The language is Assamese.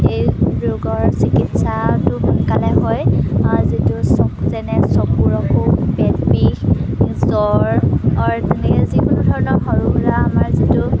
সেই ৰোগৰ চিকিৎসাটো সোনকালে হয় যিটো চকু যেনে চকুৰ অসুখ পেট বিষ জ্বৰ তেনেকৈ যিকোনো ধৰণৰ সৰু সুৰা আমাৰ যিটো